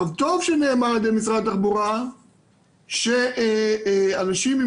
טוב שנאמר על ידי משרד התחבורה שאנשים עם